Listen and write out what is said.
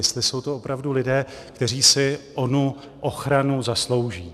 Jestli jsou to opravdu lidé, kteří si onu ochranu zaslouží.